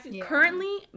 currently